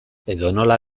edonola